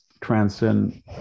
transcend